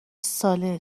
ساله